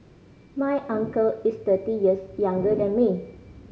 my uncle is thirty years younger than me